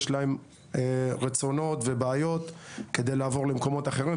יש להם רצונות ובעיות כדי לעבור למקומות אחרים,